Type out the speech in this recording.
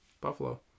Buffalo